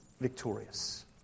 victorious